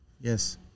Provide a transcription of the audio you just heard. Yes